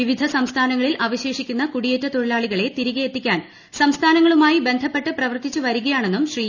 വിവിധ സംസ്ഥാനങ്ങളിൽ അവശേഷിക്കുന്ന കുടിയേറ്റ തൊഴിലാളികളെ തിരികെ എത്തിക്കാൻ സംസ്ഥാനങ്ങളുമായി ബന്ധപ്പെട്ട് പ്രവർത്തിച്ചു വരികയാണെന്നും ശ്രീ